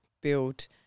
build